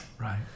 Right